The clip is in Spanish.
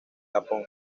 japón